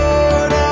Lord